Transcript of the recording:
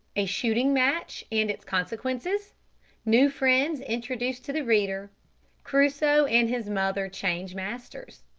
a shooting match and its consequences new friends introduced to the reader crusoe and his mother change masters.